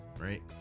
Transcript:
right